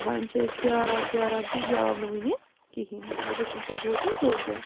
وَنہِ چھِ أسۍ پیٛاران پیٛاران تہٕ یہِ آو نہٕ وٕنہِ کِہیٖنۍ اَسہِ دوٚپ أمِسَے گوٚو تہٕ گوٚو کیٛاہ